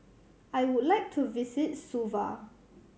I would like to visit Suva